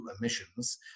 emissions